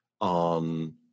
on